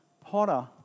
potter